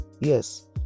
Yes